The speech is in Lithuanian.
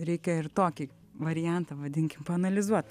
reikia ir tokį variantą vadinkim paanalizuot